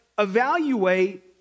Evaluate